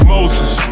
Moses